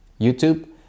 YouTube